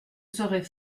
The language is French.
serait